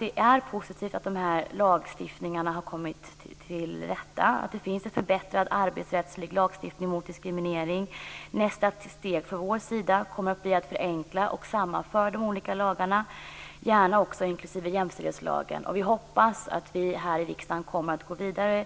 Det är positivt att lagstiftningarna har kommit till rätta, att det finns en förbättrad arbetsrättslig lagstiftning mot diskriminering. Nästa steg från vår sida blir att lägga fram förslag om att förenkla och sammanföra de olika lagarna, gärna tillsammans med jämställdhetslagen. Vi hoppas att riksdagen kommer att gå vidare